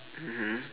mmhmm